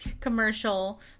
commercial